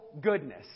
goodness